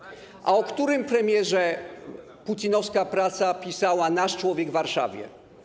A o którym premierze putinowska prasa pisała: nasz człowiek w Warszawie?